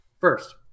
First